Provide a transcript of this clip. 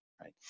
right